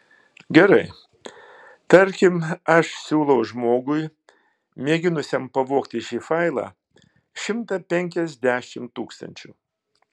gerai tarkim aš siūlau žmogui mėginusiam pavogti šį failą šimtą penkiasdešimt tūkstančių